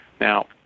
now